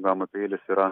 gama peilis yra